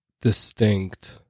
distinct